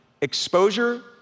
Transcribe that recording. exposure